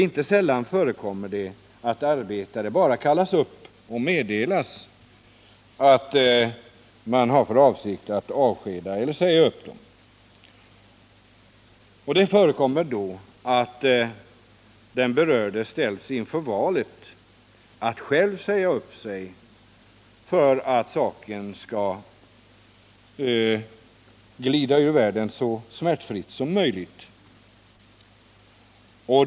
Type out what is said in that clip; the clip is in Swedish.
Inte sällan förekommer det att arbetare bara kallas upp och meddelas att arbetsköparen har för avsikt att säga upp eller avskeda vederbörande. Det förekommer då att den berörde ställs inför valet att själv säga upp sig för att få saken ur världen så smärtfritt som möjligt.